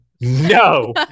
no